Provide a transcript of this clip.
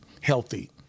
healthy